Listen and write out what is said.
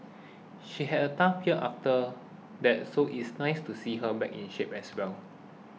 she had a tough year after that so it's nice to see her back in shape as well